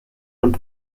und